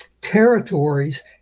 territories